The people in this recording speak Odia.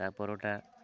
ତା'ପରଟା